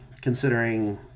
considering